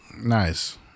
Nice